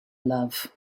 love